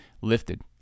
lifted